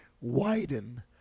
widen